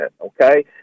Okay